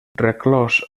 reclòs